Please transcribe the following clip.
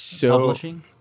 publishing